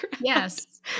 Yes